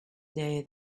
day